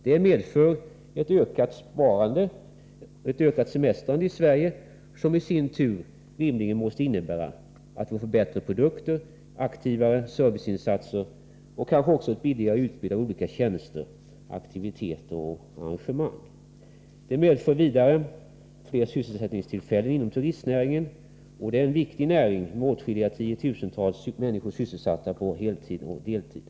Det medför ett ökat semestrande i Sverige, vilket i sin tur rimligen måste innebära att vi får bättre produkter, aktivare serviceinsatser och kanske också ett utbud av billigare tjänster, aktiviteter och arrangemang. Vidare skulle systemet medföra fler sysselsättningstillfällen inom turistnäringen, som är en viktig näring med åtskilliga tiotusental människor sysselsatta både på heltid och på deltid.